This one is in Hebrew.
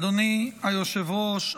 אדוני היושב-ראש,